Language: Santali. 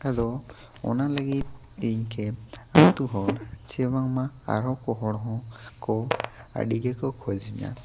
ᱟᱫᱚ ᱚᱱᱟ ᱞᱟᱹᱜᱤᱫ ᱤᱧ ᱠᱮᱯ ᱟᱛᱳ ᱦᱚᱲ ᱥᱮ ᱵᱟᱝᱢᱟ ᱟᱨᱚ ᱠᱚ ᱦᱚᱲ ᱦᱚᱸ ᱠᱚ ᱟᱹᱰᱤ ᱜᱮᱠᱚ ᱠᱷᱚᱡᱤᱧᱟ